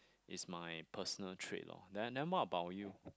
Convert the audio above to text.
is my personal trait loh then then what about you